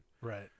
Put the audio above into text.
Right